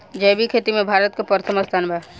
जैविक खेती में भारत के प्रथम स्थान बा